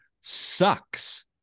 sucks